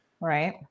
right